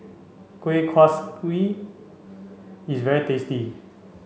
Kueh Kaswi is very tasty